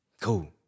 cool